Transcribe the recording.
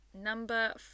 number